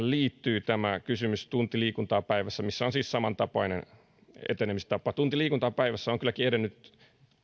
liittyy tämä kysymys tunti liikuntaa päivässä missä on siis samantapainen etenemistapa tunti liikuntaa päivässä on kylläkin edennyt